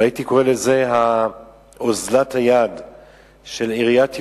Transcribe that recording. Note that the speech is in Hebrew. והייתי קורא לזה אוזלת היד של עיריית ירושלים,